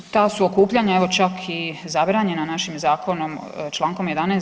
Ta su okupljanja evo čak i zabranjena našim zakonom člankom 11.